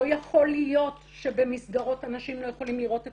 לא יכול להיות שבמסגרות אנשים לא יכולים לראות את